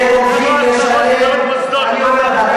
אני אומר לך,